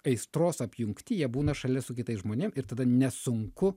aistros apjungty jie būna šalia su kitais žmonėm ir tada nesunku